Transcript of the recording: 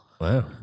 Wow